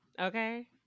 Okay